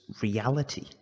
reality